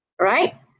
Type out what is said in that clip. right